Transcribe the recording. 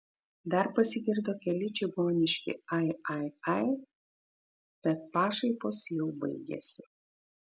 dar pasigirdo keli čigoniški ai ai ai bet pašaipos jau baigėsi